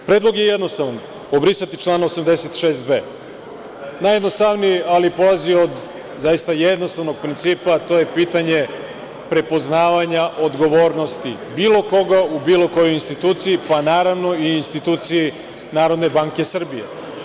Predlog je jednostavan – obrisati član 86b. Najjednostavniji, ali zaista polazi od jednostavnog principa, a to je pitanje prepoznavanja odgovornosti, bilo koga u bilo kojoj instituciji, pa, naravno, i instituciji Narodne banke Srbije.